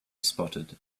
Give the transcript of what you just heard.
spotted